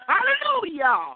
Hallelujah